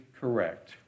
correct